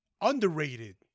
underrated